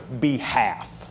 behalf